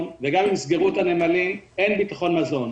וגם אם יסגרו את הנמלים אין ביטחון מזון.